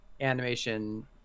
animation